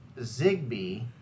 Zigbee